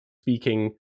speaking